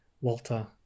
Walter